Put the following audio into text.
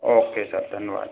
okay sir धन्यवाद